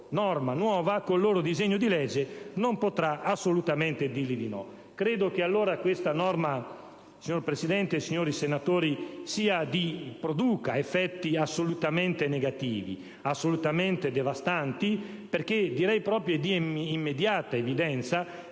norma nuova, con il loro disegno di legge, non potrà assolutamente dir loro di no. Credo allora che questa norma, signor Presidente e signori senatori, produca effetti assolutamente negativi e devastanti, perché è direi proprio di immediata evidenza